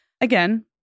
Again